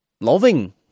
loving